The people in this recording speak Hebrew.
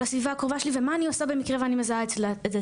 אצל הסביבה הקרובה שלי ומה עושה במקרה ואני מזהה את זה אצלה.